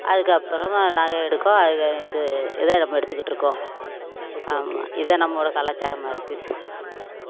அதுக்கப்புறமாக நகை எடுக்கோம் அது இது இதாக நம்ம எடுத்துக்கிட்டு இருக்கோம் ஆமாம் இதான் நம்மோளோட கலாச்சாரமாக இருக்குது